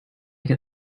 get